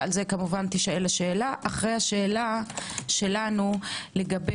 ועל זה כמובן תישאל השאלה אחרי השאלה שלנו לגבי